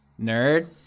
nerd